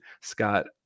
scott